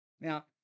Now